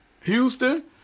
Houston